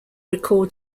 record